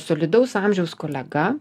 solidaus amžiaus kolega